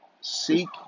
seek